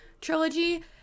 trilogy